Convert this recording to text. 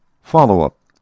Follow-up